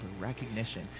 recognition